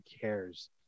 cares